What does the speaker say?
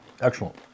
Excellent